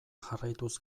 jarraituz